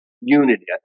unity